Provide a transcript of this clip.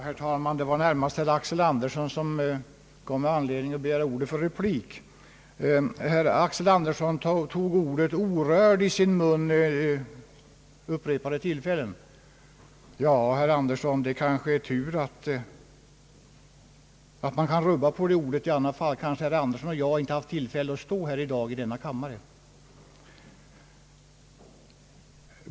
Herr talman! Det var närmast herr Axel Andersson som gav mig anledning att begära ordet för replik. Herr Axel Andersson tog vid upprepade tillfällen ordet »orörd» i sin mun. Ja, herr Axel Andersson, det kanske är tur att man 'kan rubba på det ordet. I annat fall kanske herr Axel Andersson och jag inte hade haft tillfälle att stå i denna kammare i dag.